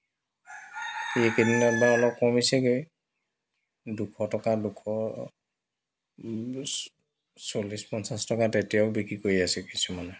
এই কেইদিনত বাৰু অলপ কমিছেগৈ দুশ টকা দুশ বিশ চল্লিছ পঞ্চাছ টকাত এতিয়াও বিক্ৰী কৰি আছে কিছুমানে